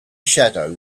shadow